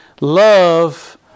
love